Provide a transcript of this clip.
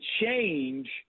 change